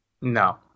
No